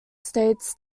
states